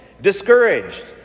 discouraged